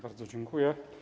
Bardzo dziękuję.